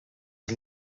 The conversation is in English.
his